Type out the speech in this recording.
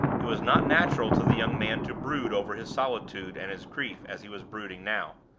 it was not natural to the young man to brood over his solitude and his grief as he was brooding now.